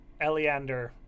eleander